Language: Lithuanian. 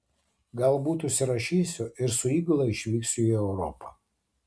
galbūt užsirašysiu ir su įgula išvyksiu į europą